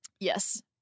Yes